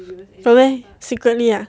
got meh secretly ah